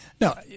No